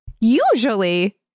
usually